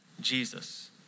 Jesus